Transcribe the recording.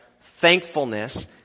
thankfulness